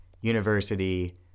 university